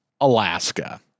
Alaska